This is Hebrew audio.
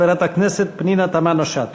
חברת הכנסת פנינה תמנו-שטה.